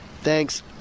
thanks